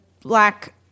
black